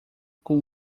com